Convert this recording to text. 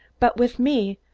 but with me,